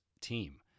team